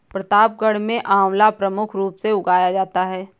प्रतापगढ़ में आंवला प्रमुख रूप से उगाया जाता है